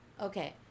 Okay